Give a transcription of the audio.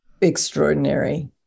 extraordinary